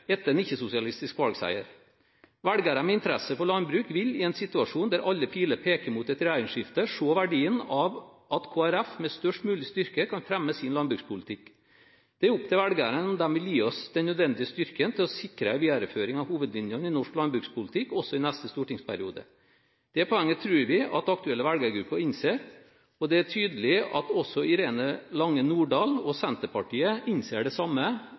ikke-sosialistisk valgseier. Velgere med interesse for landbruk vil – i en situasjon der alle piler peker mot et regjeringsskifte – se verdien av at Kristelig Folkeparti med størst mulig styrke kan fremme sin landbrukspolitikk. Det er opp til velgerne om de vil gi oss den nødvendige styrken til å sikre en videreføring av hovedlinjene i norsk landbrukspolitikk også i neste stortingsperiode. Det poenget tror vi at aktuelle velgergrupper innser, og det er tydelig at også Irene Lange Nordahl og Senterpartiet innser det samme